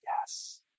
yes